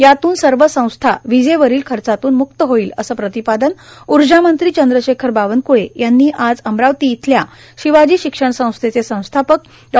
यातून सर्व संस्था विजेवरील खर्चातून मुक्त होईल असं प्रतिपादन ऊर्जा मंत्री चंद्रशेखर बावनक्ळे यांनी आज अमरावती इथल्या शिवाजी शिक्षण संस्थेचे संस्थापक डॉ